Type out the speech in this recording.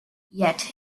yet